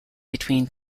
between